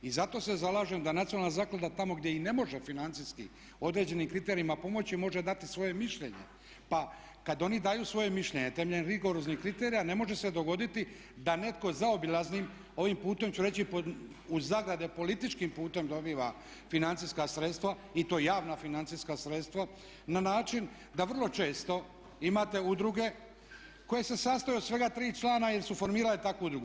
I zato se zalažem da Nacionalna zaklada tamo gdje i ne može financijski određenim kriterijima pomoći može dati svoje mišljenje pa kad oni daju svoje mišljenje temeljem rigoroznih kriterija ne može se dogoditi da netko zaobilaznim ovim putem ću reći u zagradi političkim putem dobiva financijska sredstva i to javna financijska sredstva na način da vrlo često imate udruge koje se sastoje od svega 3 člana jer su formirale takvu udrugu.